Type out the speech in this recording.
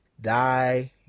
die